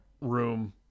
room